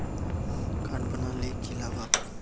Card बना ले की लगाव?